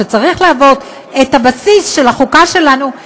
שצריך להיות הבסיס של החוקה שלנו,